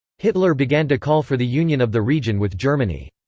hitler began to call for the union of the region with germany.